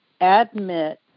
admit